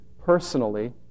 personally